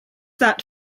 that